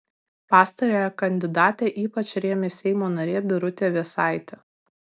pastarąją kandidatę ypač rėmė seimo narė birutė vėsaitė